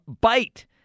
bite